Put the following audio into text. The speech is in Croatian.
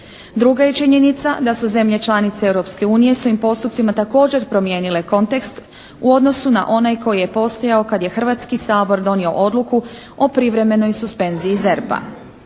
Druga je činjenica da su zemlje članice Europske unije svojim postupcima također promijenile kontekst u odnosu na onaj koji je postojao kad je Hrvatski sabor donio odluku o privremenoj suspenziji ZERP-a.